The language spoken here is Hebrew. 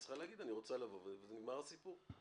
היא צריכה להגיד "אני רוצה לבוא" ונגמר הסיפור.